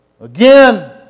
Again